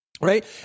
right